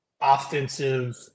offensive